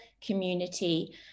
community